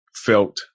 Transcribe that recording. felt